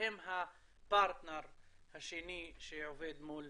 שהן הפרטנר השני שעובד מול